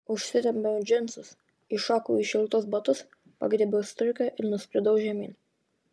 užsitempiau džinsus įšokau į šiltus batus pagriebiau striukę ir nuskridau žemyn